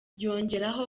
yongeraho